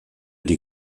die